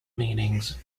meanings